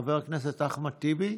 חבר הכנסת טיבי,